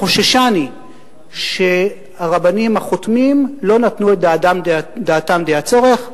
חוששני שהרבנים החותמים לא נתנו את דעתם די הצורך עליהם,